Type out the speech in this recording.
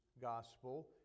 gospel